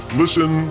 listen